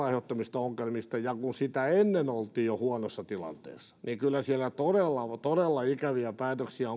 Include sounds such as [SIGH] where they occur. [UNINTELLIGIBLE] aiheuttamista ongelmista ja kun jo sitä ennen oltiin huonossa tilanteessa niin kyllä siellä kuntatasolla on tulossa vastaan todella ikäviä päätöksiä [UNINTELLIGIBLE]